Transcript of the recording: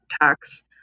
tax